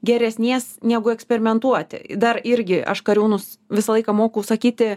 geresnės negu eksperimentuoti dar irgi aš kariūnus visą laiką mokau sakyti